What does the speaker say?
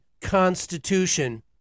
Constitution